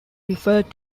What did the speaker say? referred